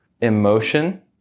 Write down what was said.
emotion